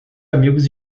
amigos